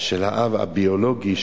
של האב הביולוגי.